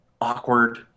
awkward